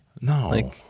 No